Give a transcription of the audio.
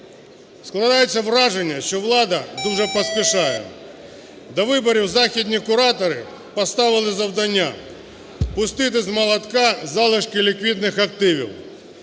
Складається враження, що влада дуже поспішає, до виборів західні куратори поставили завдання - пустити з молотка залишки ліквідних активів: